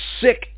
sick